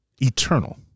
eternal